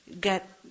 get